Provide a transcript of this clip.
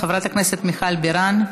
חברת הכנסת מיכל בירן.